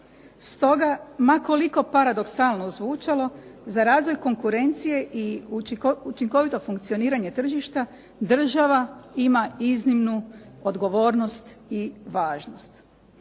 Stoga, ma koliko paradoksalno zvučalo, za razvoj konkurencije i učinkovito funkcioniranje tržišta država ima iznimnu odgovornost i važnost.